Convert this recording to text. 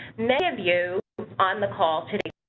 many of you on the call today,